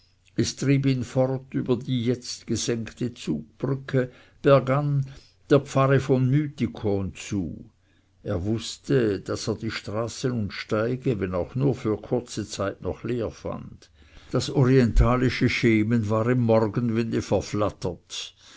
es trieb ihn fort über die jetzt gesenkte zugbrücke bergan der pfarre von mythikon zu er wußte daß er die straßen und steige wenn auch nur für kurze zeit noch leer fand das orientalische schemen war im morgenwinde